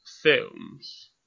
films